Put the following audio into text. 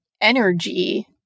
energy